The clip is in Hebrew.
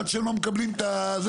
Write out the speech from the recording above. עד שהם לא מקבלים את הזה,